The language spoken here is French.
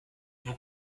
vous